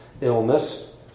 illness